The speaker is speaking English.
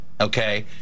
okay